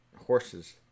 horses